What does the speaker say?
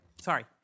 sorry